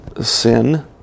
sin